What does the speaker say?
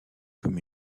comme